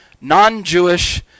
non-Jewish